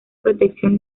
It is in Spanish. protección